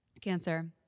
Cancer